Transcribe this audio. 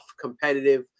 competitive